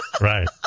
Right